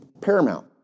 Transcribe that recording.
paramount